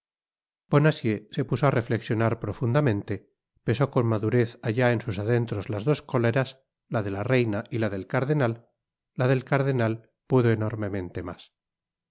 da bonacieux se puso á reflexionar profundamente pesó con madurez allá en sus adentros las dos cóleras la de la reina y la del cardenal la del cardenal pudo enormemente mas